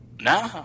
No